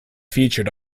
featured